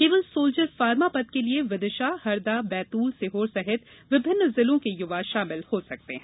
केवल soldier pharma पद के लिए विदिशा हरदा बैतूल सीहोर सहित विभिन्न जिलों के युवा शामिल हो सकते हैं